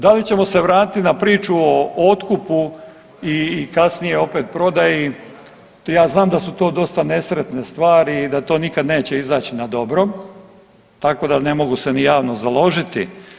Da li ćemo se vratiti na priču o otkupu i kasnije opet prodaji, ja znam da su to dosta nesretne stvari i da to nikad neće izaći na dobro, tako da ne mogu se ni javno založiti.